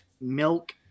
Milk